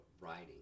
Writing